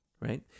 right